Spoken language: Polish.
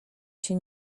się